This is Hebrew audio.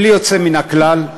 בלי יוצא מן הכלל,